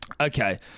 Okay